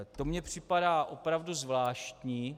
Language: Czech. To mně připadá opravdu zvláštní.